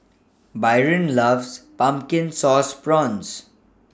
Byron loves Pumpkin Sauce Prawns